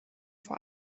vor